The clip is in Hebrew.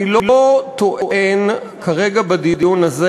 אני לא טוען כרגע בדיון הזה